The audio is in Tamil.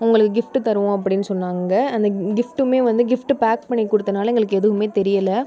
உங்களுக்கு கிஃப்ட் தருவோம் அப்படினு சொன்னாங்க அந்த கிஃப்ட்டுமே வந்து கிஃப்ட் பேக் பண்ணி கொடுத்தனால எங்களுக்கு எதுவுமே தெரியலை